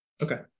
Okay